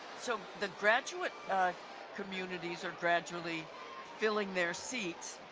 so the graduate communities are gradually filling their seats,